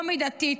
לא מידתית,